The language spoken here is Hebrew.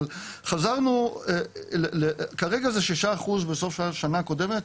אבל כרגע זה 6% בסוף השנה הקודמת.